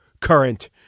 current